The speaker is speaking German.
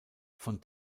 von